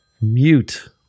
Mute